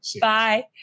Bye